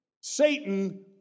Satan